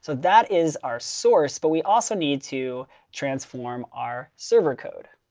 so that is our source, but we also need to transform our server code.